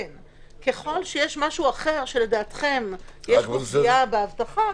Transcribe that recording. ככל שיש משהו אחר שלדעתכם יש פגיעה באבטחה,